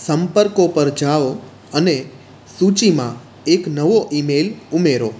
સંપર્કો પર જાઓ અને સૂચિમાં એક નવો ઇમેઈલ ઉમેરો